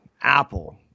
Apple